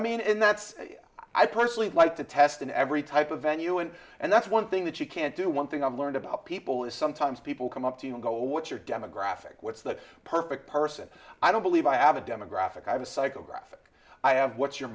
mean that's i personally like to test in every type of venue and and that's one thing that you can't do one thing i've learned about people is sometimes people come up to you and go what's your demographic what's the perfect person i don't believe i have a demographic i was psychographic i have what's your